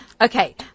Okay